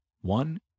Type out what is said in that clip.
One